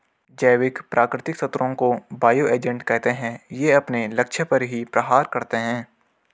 जैविक प्राकृतिक शत्रुओं को बायो एजेंट कहते है ये अपने लक्ष्य पर ही प्रहार करते है